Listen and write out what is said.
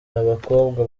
abakobwa